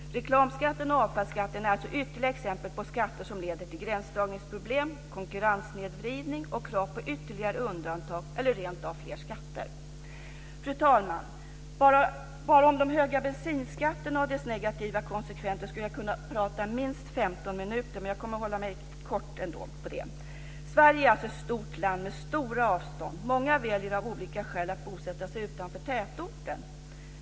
Reklamskatten och avfallsskatten är alltså ytterligare exempel på skatter som leder till gränsdragningsproblem, konkurrenssnedvridning och krav på ytterligare undantag eller rentav fler skatter. Fru talman! Jag skulle kunna prata i minst 15 minuter bara om de höga bensinskatterna och dess negativa konsekvenser, men jag kommer ändå att fatta mig kort. Sverige är ett stort land med stora avstånd. Många väljer av olika skäl att bosätta sig utanför tätorten.